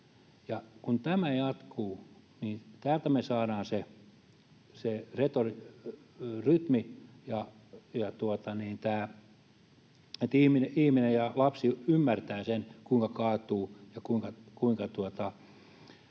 kun tämä jatkuu, niin tästä saadaan se rytmi ja tämä ihminen, lapsi, ymmärtää sen, kuinka kaatuu ja kuinka